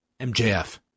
MJF